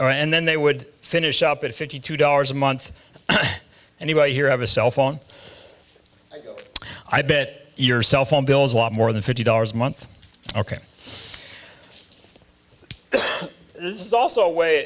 or and then they would finish up at fifty two dollars a month and here have a cell phone i bit your cell phone bills a lot more than fifty dollars a month ok this is also a way